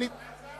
היא, זו